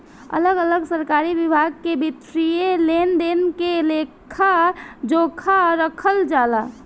अलग अलग सरकारी विभाग में वित्तीय लेन देन के लेखा जोखा रखल जाला